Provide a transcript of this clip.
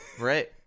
Right